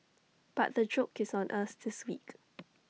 but the joke is on us this week